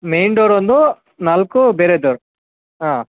main door ಒಂದೂ ನಾಲ್ಕು ಬೇರೆ ಡೋರ್ ಹಾಂ